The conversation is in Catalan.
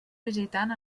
visitant